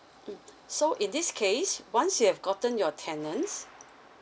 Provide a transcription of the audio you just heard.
mm so in this case once you have gotten your tenants